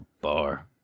bar